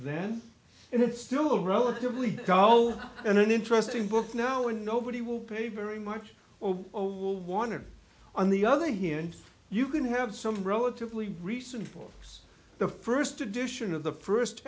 then and it's still relatively calm and an interesting book now and nobody will pay very much or will wonder on the other hand you can have some relatively recent folks the first edition of the first